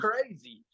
crazy